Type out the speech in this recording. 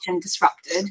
disrupted